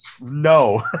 No